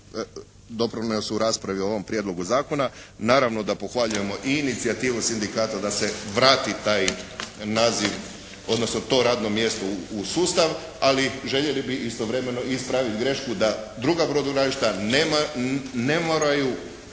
doprinos u raspravi o ovom Prijedlogu zakona. Naravno da pohvaljujemo i inicijativu Sindikata da se vrati taj naziv odnosno to radno mjesto u sustav ali željeli bi istovremeno i ispraviti grešku da druga brodogradilišta ne moraju